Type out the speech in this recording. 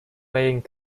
playing